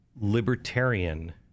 libertarian